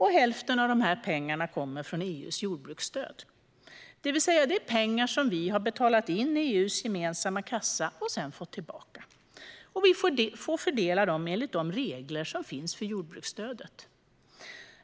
Hälften av de här pengarna kommer från EU:s jordbruksstöd. Det vill säga att det är pengar som vi har betalat in i EU:s gemensamma kassa och sedan fått tillbaka. Vi får fördela dem enligt de regler som finns för jordbruksstödet.